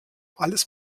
alles